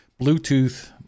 Bluetooth